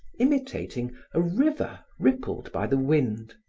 imitating a river rippled by the wind.